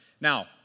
Now